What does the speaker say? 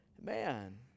man